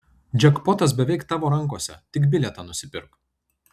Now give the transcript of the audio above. džekpotas beveik tavo rankose tik bilietą nusipirk